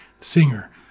singer